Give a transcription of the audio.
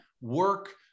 work